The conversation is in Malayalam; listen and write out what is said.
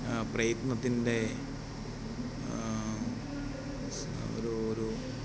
പ്രയത്നത്തിൻ്റെ സ് ഒരു ഒരു